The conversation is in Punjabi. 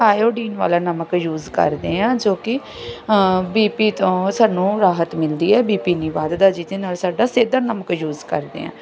ਆਇਓਡੀਨ ਵਾਲਾ ਨਮਕ ਯੂਜ਼ ਕਰਦੇ ਹਾਂ ਜੋ ਕਿ ਬੀਪੀ ਤੋਂ ਸਾਨੂੰ ਰਾਹਤ ਮਿਲਦੀ ਹੈ ਬੀਪੀ ਨਹੀਂ ਵਧਦਾ ਜਿਹਦੇ ਨਾਲ ਸਾਡਾ ਸੈਦਾ ਨਮਕ ਯੂਜ ਕਰਦੇ ਹਾਂ